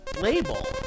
label